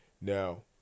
Now